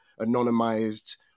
anonymized